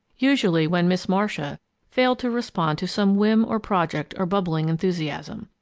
usually when miss marcia failed to respond to some whim or project or bubbling enthusiasm.